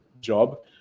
job